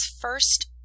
first